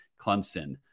Clemson